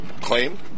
claim